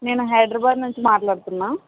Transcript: నేను హైదరాబాద్ నుంచి మాట్లాడుతున్నాను